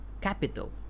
capital